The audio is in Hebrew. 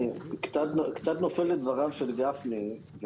אני קצת נופל לדבריו של גפני.